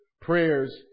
prayers